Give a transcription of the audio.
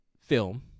film